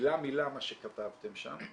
מילה-מילה מה שכתבתם שם.